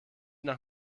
nach